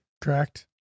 Correct